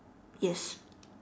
yes